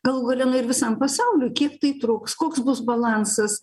galų gale na ir visam pasauliui kiek tai truks koks bus balansas